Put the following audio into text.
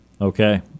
Okay